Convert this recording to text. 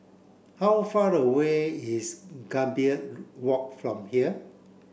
how far away is Gambir Walk from here